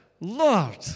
Lord